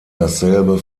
dasselbe